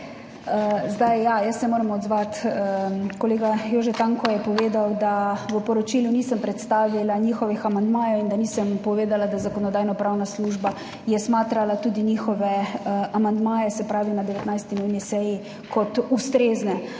besedo. Jaz se moram odzvati, kolega Jože Tanko je povedal, da v poročilu nisem predstavila njihovih amandmajev in da nisem povedala, da Zakonodajno-pravna služba je smatrala tudi njihove amandmaje, se pravi na 19. nujni seji kot ustrezne.